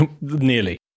Nearly